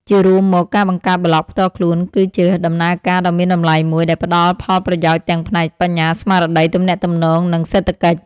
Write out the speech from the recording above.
ជារួមមក ការបង្កើតប្លក់ផ្ទាល់ខ្លួនគឺជាដំណើរការដ៏មានតម្លៃមួយ ដែលផ្ដល់ផលប្រយោជន៍ទាំងផ្នែក បញ្ញាស្មារតី ទំនាក់ទំនង និងសេដ្ឋកិច្ច។